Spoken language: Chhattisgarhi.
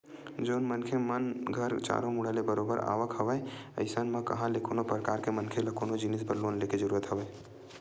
जउन मनखे मन घर चारो मुड़ा ले बरोबर आवक हवय अइसन म कहाँ ले कोनो परकार के मनखे ल कोनो जिनिस बर लोन लेके जरुरत हवय